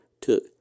took